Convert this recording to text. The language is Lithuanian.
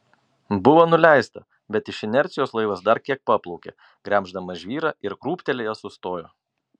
buvo nuleista bet iš inercijos laivas dar kiek paplaukė gremždamas žvyrą ir krūptelėjęs sustojo